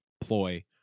ploy